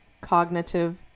cognitive